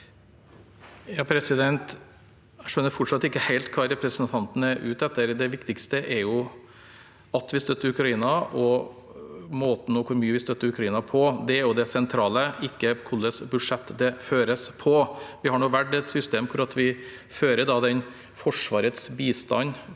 Gram Jeg skjønner fortsatt ikke helt hva representanten er ute etter. Det viktigste er jo at vi støtter Ukraina, og hvor mye vi støtter Ukraina. Det er det sentrale, og ikke hvilket budsjett det føres på. Vi har valgt et system der vi fører Forsvarets bistand